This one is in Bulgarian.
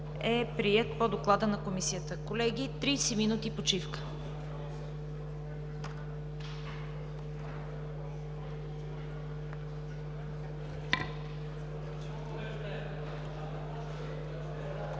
е приет по Доклада на Комисията. Колеги, 30 минути почивка.